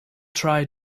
try